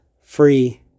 free